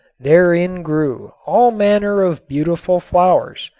therein grew all manner of beautiful flowers,